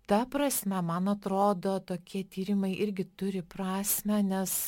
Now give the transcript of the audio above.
ta prasme man atrodo tokie tyrimai irgi turi prasmę nes